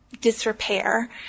disrepair